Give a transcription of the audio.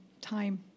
time